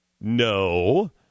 No